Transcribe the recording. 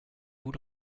vous